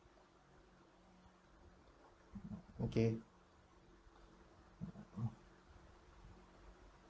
okay